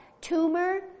tumor